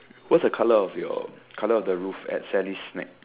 what's the colour of your colour of the roof at Sally's snack